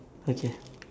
okay